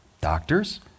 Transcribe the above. Doctors